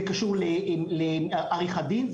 זה קשור לעריכת דין,